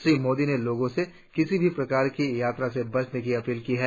श्री मोदी ने लोगों से किसी भी प्रकार की यात्रा से बचने की अपील की है